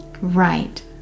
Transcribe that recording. Right